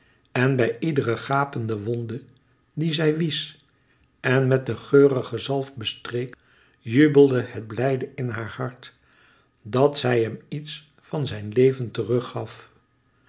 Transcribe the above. en bij iedere gapende wonde die zij wiesch en met de geurige zalf bestreek jubelde het blijde in haar hart dat zij hem iets van zijn leven terug gaf